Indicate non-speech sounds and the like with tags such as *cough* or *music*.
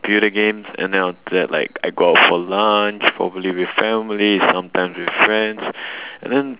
computer games and then after that like I go out for lunch probably with family sometimes with friends *breath* and then